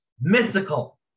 mystical